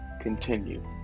continue